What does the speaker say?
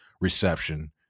reception